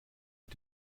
mit